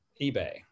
eBay